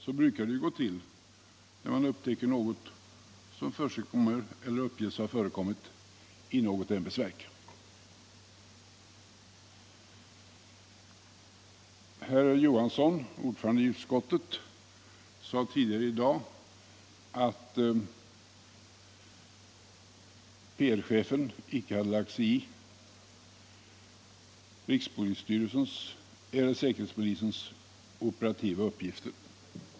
Så brukar det ju gå till när man upptäcker något som förekommer eller uppges ha förekommit i ett ämbetsverk. Herr Johansson i Trollhättan, ordförande i utskottet, sade tidigare i dag att PR-chefen icke hade lagt sig i säkerhetspolisens operativa uppgifter.